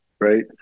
right